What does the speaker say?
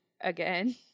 again